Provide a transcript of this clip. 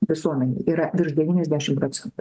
visuomenėje yra virš devyniasdešimt procentų